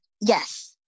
Yes